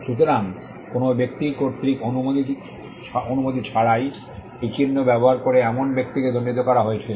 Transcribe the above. সুতরাং কোনও ব্যক্তি কর্তৃক অনুমতি ছাড়াই একটি চিহ্ন ব্যবহার করে এমন ব্যক্তিকে দণ্ডিত করা হয়েছিল